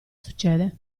succede